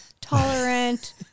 tolerant